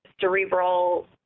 cerebral